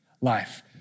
life